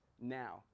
now